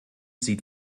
sieht